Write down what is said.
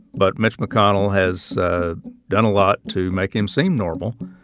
but mitch mcconnell has ah done a lot to make him seem normal,